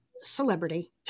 celebrity